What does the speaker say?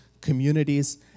communities